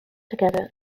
together